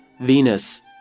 Venus